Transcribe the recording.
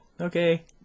Okay